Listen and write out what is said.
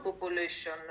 population